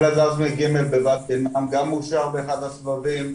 אל עזזמה ג' --- גם מאושר באחד הסבבים.